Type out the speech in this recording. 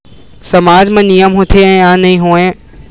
सामाज मा नियम होथे या नहीं हो वाए?